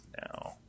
now